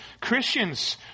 Christians